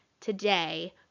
today